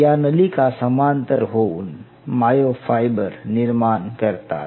या नलीका समांतर होऊन मायओ फायबर निर्माण करतात